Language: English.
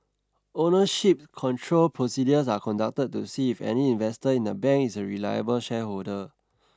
ownership control procedures are conducted to see if any investor in a bank is a reliable shareholder